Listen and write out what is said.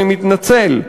אני מתנצל,